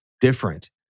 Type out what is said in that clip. different